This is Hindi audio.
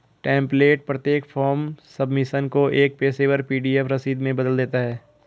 टेम्प्लेट प्रत्येक फॉर्म सबमिशन को एक पेशेवर पी.डी.एफ रसीद में बदल देता है